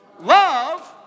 love